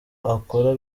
akora